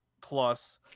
Plus